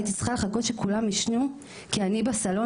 הייתי צריכה לחכות שכולם ישנו כי אני בסלון